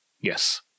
Yes